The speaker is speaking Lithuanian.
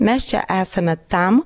mes čia esame tam